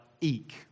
eek